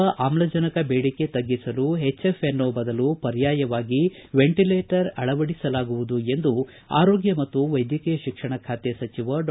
ಹೆಚ್ಚುಕ್ತಿರುವ ಆಮ್ಲಜನಕ ದೇಡಿಕೆ ತಗ್ಗಿಸಲು ಎಚ್ಎಫ್ ಎನ್ ಒ ಬದಲು ಪರ್ಯಾಯವಾಗಿ ವೆಂಟಲೇಟರ್ ಅಳವಡಿಸಲಾಗುವುದು ಎಂದು ಆರೋಗ್ಯ ಮತ್ತು ವೈದ್ಯಕೀಯ ಶಿಕ್ಷಣ ಸಚಿವ ಡಾ